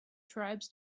tribes